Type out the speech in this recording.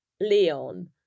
Leon